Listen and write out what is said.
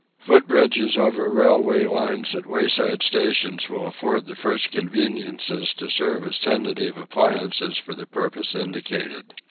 foot-bridges over railway lines at wayside stations will afford the first conveniences to serve as tentative appliances for the purpose indicated.